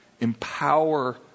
empower